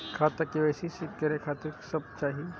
खाता के के.वाई.सी करे खातिर की सब चाही?